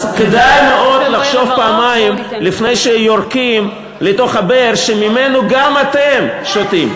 כדאי לחשוב פעמיים לפני שיורקים לבאר שממנה גם אתם שותים.